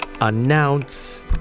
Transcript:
Announce